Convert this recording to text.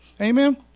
Amen